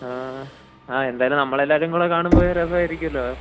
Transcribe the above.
ആ ആ എന്തായാലും നമ്മളെല്ലാരും കൂടെ കാണുമ്പോള് രസമായിരിക്കുമല്ലോ